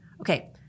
Okay